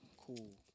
cool